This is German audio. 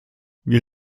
wir